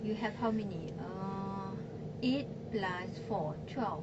you have how many uh eight plus four twelve